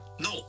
No